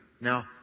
Now